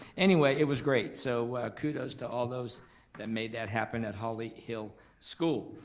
anyway it was great so kudos to all those that made that happen at holly hill school.